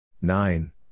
Nine